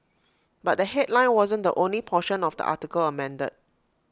but the headline wasn't the only portion of the article amended